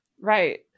Right